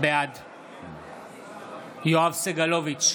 בעד יואב סגלוביץ'